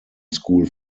school